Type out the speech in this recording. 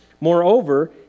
Moreover